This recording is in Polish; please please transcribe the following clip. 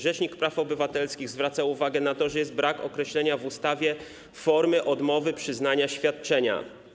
Rzecznik praw obywatelskich zwracał uwagę na to, że brak określenia w ustawie formy odmowy przyznania świadczenia.